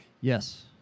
Yes